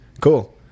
Cool